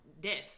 death